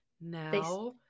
now